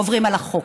הם עוברים על החוק.